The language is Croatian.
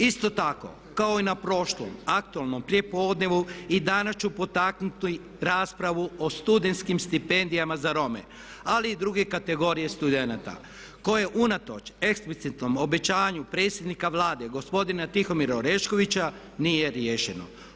Isto tako kao i na prošlom aktualnom prijepodnevu i danas ću potaknuti raspravu o studenskim stipendijama za Rome, ali i druge kategorije studenata koje unatoč eksplicitnom obećanju predsjednika Vlade gospodina Tihomira Oreškovića nije riješeno.